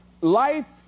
Life